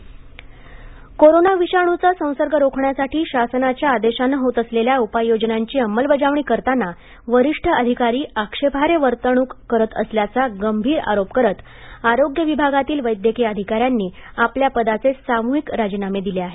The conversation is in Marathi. डॉक्टर राजीनामे कोरोना विषाणूचा संसर्ग रोखण्यासाठी शासनाच्या आदेशाने होत असलेल्या उपाययोजनांची अंमलबजावणी करताना वरिष्ठ अधिकारी आक्षेपार्ह वर्तणूक करत असेल्याचा गंभीर आरोप करीत आरोग्य विभागातील वैद्यकीय अधिकाऱ्यांनी आपल्या पदाचे सामूहिक राजीनामे दिले आहेत